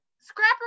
Scrapper